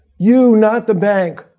you, not the bank,